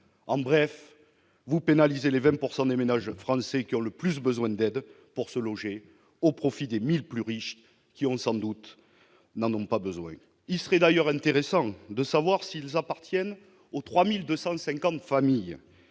en bref vous pénaliser les 20 pourcent des des ménages français qui ont le plus besoin d'aide pour se loger au profit des 1000 plus riches qui ont sans doute n'en ont pas besoin, il serait d'ailleurs intéressant de savoir s'ils appartiennent au 3250 familles